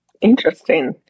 Interesting